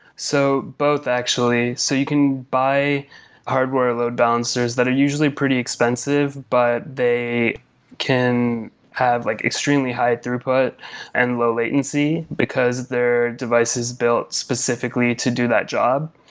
so both actually. so you can buy hardware load balancers that are usually pretty expensive, but they can have like extremely high throughput and low latency, because their device is built specifically to do that job.